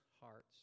hearts